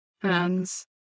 hands